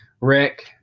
Rick